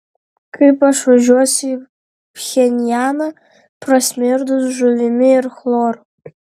kaip aš važiuosiu į pchenjaną prasmirdus žuvimi ir chloru